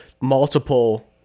Multiple